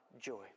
joy